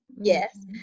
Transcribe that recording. Yes